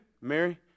Mary